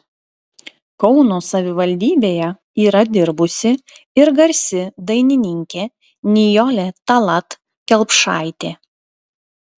kauno savivaldybėje yra dirbusi ir garsi dainininkė nijolė tallat kelpšaitė